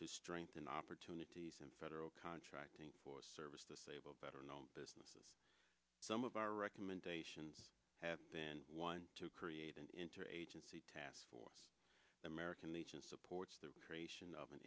to strengthen opportunities in federal contracting for service disabled better known businesses some of our recommendations have been one to create an interagency task for the american legion supports the creation of an